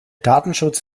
datenschutz